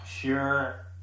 Sure